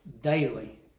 daily